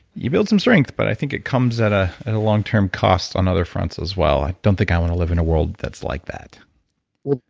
you build some strength, but i think it comes at a long-term cost on other fronts as well. i don't think i want to live in a world that's like that well,